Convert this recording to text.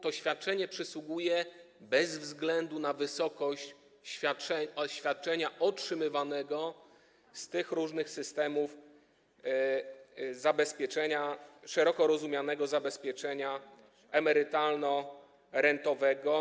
To świadczenie przysługuje bez względu na wysokość świadczenia otrzymywanego z tych różnych systemów szeroko rozumianego zabezpieczenia emerytalno-rentowego.